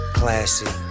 classy